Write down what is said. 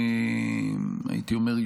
הייתי אומר,